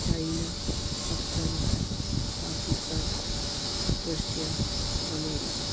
China Afghanistan Pakistan Russia America